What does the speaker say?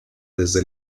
desde